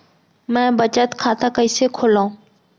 मै बचत खाता कईसे खोलव?